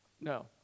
no